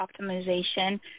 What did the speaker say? optimization